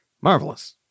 Marvelous